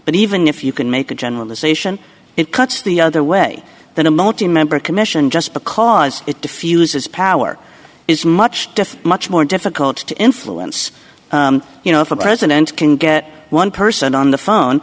but even if you can make a generalization it cuts the other way than a multi member commission just because it defuses power is much much more difficult to influence you know if a president can get one person on the phone